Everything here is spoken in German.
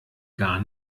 gar